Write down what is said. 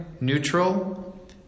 neutral